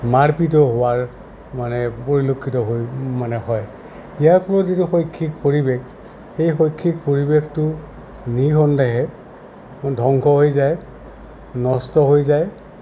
মাৰপিতো হোৱাৰ মানে পৰিলক্ষিত হৈ মানে হয় ইয়াৰ ফলত যিটো শৈক্ষিক পৰিৱেশ সেই শৈক্ষিক পৰিৱেশটো নিঃসন্দেহে ধ্বংস হৈ যায় নষ্ট হৈ যায়